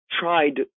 Tried